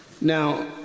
now